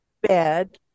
bed